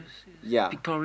ya